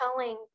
telling